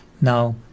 Now